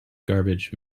garbage